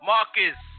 Marcus